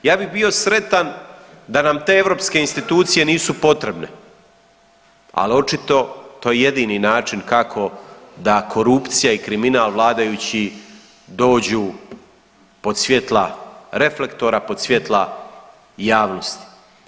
Ja bih bio sretan da nam te europske institucije nisu potrebne, ali očito to je jedini način kako da korupcija i kriminal vladajući dođu pod svjetla reflektora, pod svjetla javnosti.